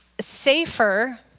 safer